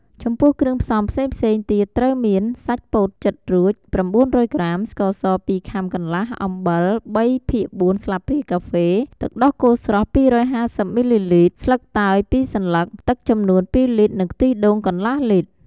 ចំពោះគ្រឿងផ្សំផ្សេងៗទៀតត្រូវមាន សាច់ពោតចិតរួច ៩០០ ក្រាម ស្ករស២ខាំកន្លះ អំបិល ៣ភាគ៤ស្លាបព្រាកាហ្វេ ទឹកដោះគោស្រស់២៥០មីលីលីត្រ ស្លឹកតើយ២សន្លឹក ទឹកចំនួន ២លីត្រនិងខ្ទិះដូង កន្លះលីត្រ។